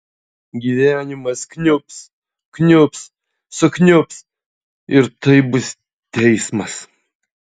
gyvenimas kniubs kniubs sukniubs ir tai bus teismas